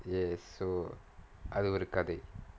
yes so அது ஒரு கதை:athu oru kathai